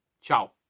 Ciao